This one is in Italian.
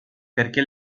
perché